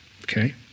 okay